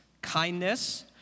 kindness